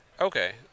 Okay